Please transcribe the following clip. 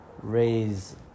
raise